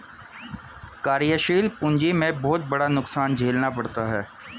कार्यशील पूंजी में बहुत बड़ा नुकसान झेलना पड़ता है